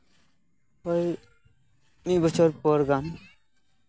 ᱳᱭ ᱢᱤᱫ ᱵᱚᱪᱷᱚᱨ ᱯᱚᱨ ᱜᱟᱱ